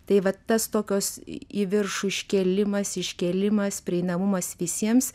tai vat tas tokios į viršų iškėlimas iškėlimas prieinamumas visiems